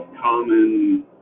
common